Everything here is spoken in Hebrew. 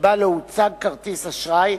שבה לא הוצג כרטיס אשראי,